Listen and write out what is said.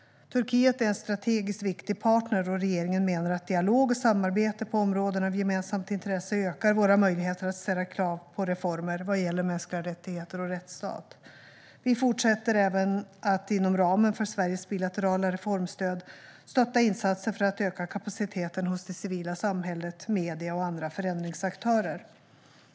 Turkiet är en strategiskt viktig partner, och regeringen menar att dialog och samarbete på områden av gemensamt intresse ökar våra möjligheter att ställa krav på reformer vad gäller mänskliga rättigheter och rättsstat. Vi fortsätter även att inom ramen för Sveriges bilaterala reformstöd stötta insatser för att öka kapaciteten hos det civila samhället, medierna och andra förändringsaktörer.